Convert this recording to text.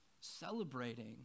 celebrating